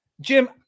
Jim